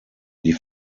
die